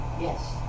Yes